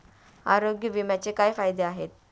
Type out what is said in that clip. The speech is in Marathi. आरोग्य विम्याचे काय फायदे आहेत?